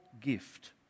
gift